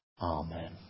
Amen